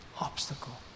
obstacle